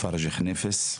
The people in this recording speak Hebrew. פרג' חניפס.